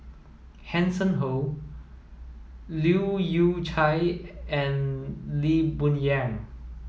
Hanson Ho Leu Yew Chye and Lee Boon Yang